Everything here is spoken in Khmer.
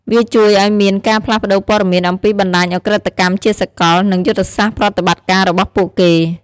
វាជួយឲ្យមានការផ្លាស់ប្តូរព័ត៌មានអំពីបណ្តាញឧក្រិដ្ឋកម្មជាសកល និងយុទ្ធសាស្ត្រប្រតិបត្តិការរបស់ពួកគេ។